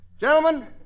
Gentlemen